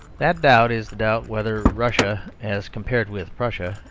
that doubt is the doubt whether russia, as compared with prussia,